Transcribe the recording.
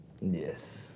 Yes